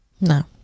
No